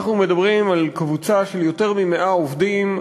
אנחנו מדברים על קבוצה של יותר מ-100 עובדים,